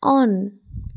on